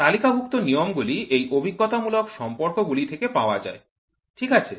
তালিকাভুক্ত নিয়মগুলি এই অভিজ্ঞতামূলক সম্পর্কগুলি থেকে পাওয়া যায় ঠিক আছে